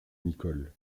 nicholl